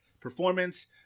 performance